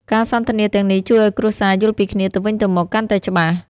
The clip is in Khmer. ការសន្ទនាទាំងនេះជួយឱ្យគ្រួសារយល់ពីគ្នាទៅវិញទៅមកកាន់តែច្បាស់។